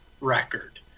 record